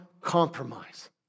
compromise